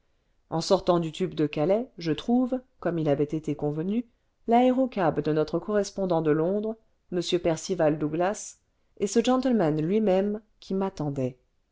en sortant du tube de calais je trouve comme il avait été convenu l'aérocab de notre correspondant de londres m percival douglas et ce gentleman lui-même qui m'attendait